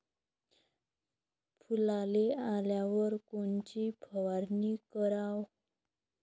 फुलाले आल्यावर कोनची फवारनी कराव?